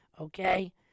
okay